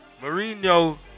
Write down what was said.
Mourinho